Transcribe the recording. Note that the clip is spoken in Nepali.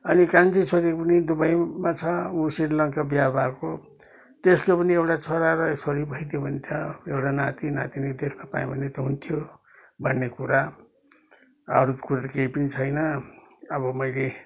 अहिले कान्छी छोरी पनि दुबईमा छ मङ्ग्सिर लाग्दा बिहे भएको त्यसको पनि एउटा छोरा र छोरी भइदियो भने त एउटा नाती नातिनी देख्न पाएँ भने त हुन्थ्यो भन्ने कुरा अरू त कुरा त केही पनि छैन अब मैले